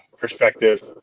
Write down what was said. perspective